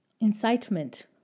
incitement